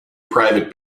private